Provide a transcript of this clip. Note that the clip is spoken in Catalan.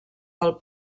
del